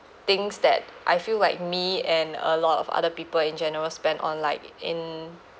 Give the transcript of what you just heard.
things that I feel like me and a lot of other people in general spend on like in